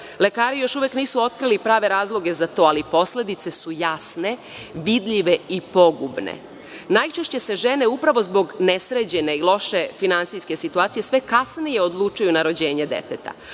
Lekari još uvek nisu otkrili pravi razloge za to ali posledice su jasne, vidljive i pogubne. Najčešće se žene upravo zbog nesređene i loše finansijske situacije sve kasnije odlučuju na rođenje deteta,